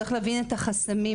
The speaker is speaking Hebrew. צריך להבין את החסמים.